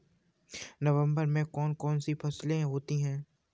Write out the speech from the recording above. नवंबर में कौन कौन सी फसलें होती हैं?